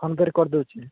ଫୋନ୍ପେରେ କରି ଦେଉଛି